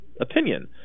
opinion